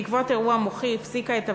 בעקבות אירוע מוחי הפסיקה את עבודתה,